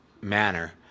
manner